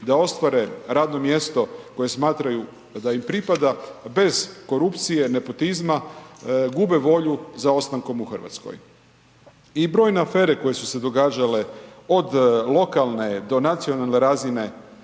da ostvare radno mjesto koje smatraju da im pripada bez korupcije, nepotizma, gube volju za ostankom u Hrvatskoj. I brojne afere koje su se događale od lokalne do nacionalne razine,